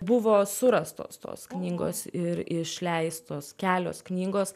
buvo surastos tos knygos ir išleistos kelios knygos